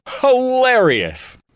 hilarious